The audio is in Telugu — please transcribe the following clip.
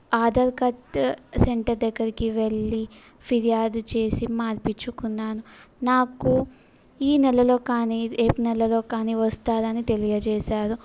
ఆధార్ కార్డ్ సెంటర్ దగ్గరకి వెళ్ళి ఫిర్యాదు చేసి మార్పించుకున్నాను నాకు ఈ నెలలో కానీ రేపు నెలలో కానీ వస్తుందని తెలియచేశారు